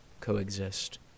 coexist